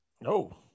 No